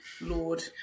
Lord